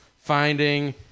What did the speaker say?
finding